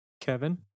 kevin